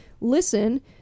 listen